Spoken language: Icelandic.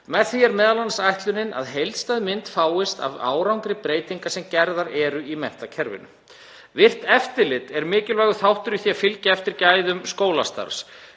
Með því er ætlunin m.a. að heildstæð mynd fáist af árangri breytinga sem gerðar eru í menntakerfinu. Virkt eftirlit er mikilvægur þáttur í því að fylgja eftir gæðum skólastarfs.